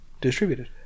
distributed